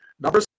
Number